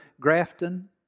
Grafton